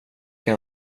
kan